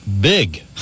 big